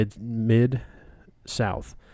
Mid-South